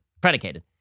predicated